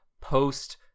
post